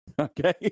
Okay